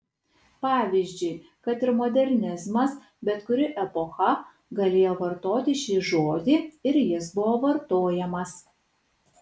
pavyzdžiui kad ir modernizmas bet kuri epocha galėjo vartoti šį žodį ir jis buvo vartojamas